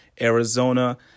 Arizona